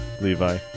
Levi